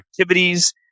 activities